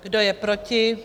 Kdo je proti?